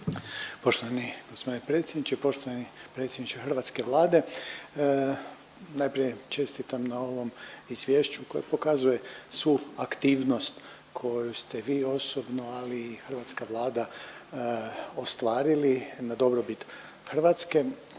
Poštovani g. predsjedniče, poštovani predsjedniče hrvatske Vlade. Najprije čestitam na ovom izvješću koje pokazuje svu aktivnost koju ste vi osobno, ali i hrvatska Vlada ostvarili na dobrobit Hrvatske,